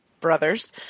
brothers